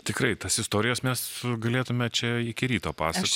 tikrai tas istorijas mes galėtume čia iki ryto pasakot